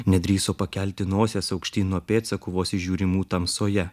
nedrįso pakelti nosies aukštyn nuo pėdsakų vos įžiūrimų tamsoje